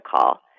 call